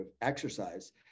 exercise